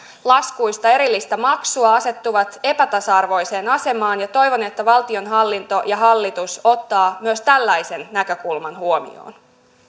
laskuista erillistä maksua asettuvat epätasa arvoiseen asemaan toivon että valtionhallinto ja hallitus ottavat myös tällaisen näkökulman huomioon